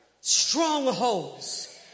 strongholds